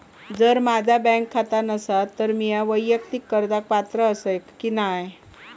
जर माझा बँक खाता नसात तर मीया वैयक्तिक कर्जाक पात्र आसय की नाय?